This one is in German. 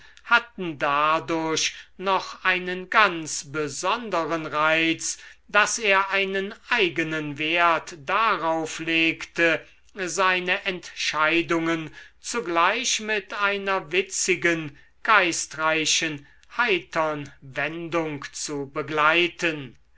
hatten dadurch noch einen ganz besondern reiz daß er einen eigenen wert darauf legte seine entscheidungen zugleich mit einer witzigen geistreichen heitern wendung zu begleiten